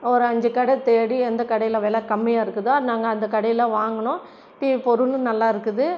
ஒரு அஞ்சு கடை தேடி எந்த கடையில் வில கம்மியாக இருக்குதோ நாங்கள் அந்த கடையில் வாங்கினோம் டி பொருளும் நல்லாயிருக்குது